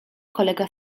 kolega